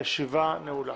הישיבה נעולה.